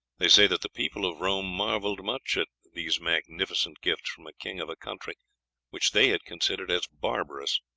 they say that the people of rome marvelled much at these magnificent gifts from a king of a country which they had considered as barbarous.